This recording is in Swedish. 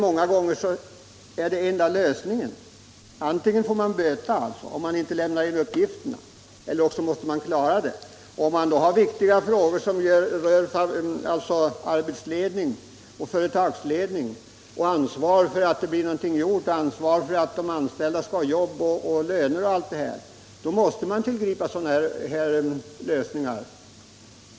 Många gånger är det enda lösningen. Antingen får man böta, om man inte lämnar in uppgifterna, eller också måste man klara av detta. Om man då har viktiga frågor att sköta som rör arbetsledning, företagsledning, ansvar för att någonting blir gjort och för att de anställda har arbete, för löner etc., måste man tillgripa sådana här lösningar.